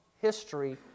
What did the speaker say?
history